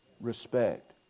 Respect